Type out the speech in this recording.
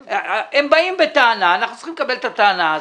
הם באים בטענה ואנחנו צריכים לקבל את הטענה הזאת.